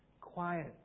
Quiet